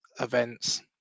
events